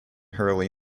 hurley